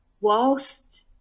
whilst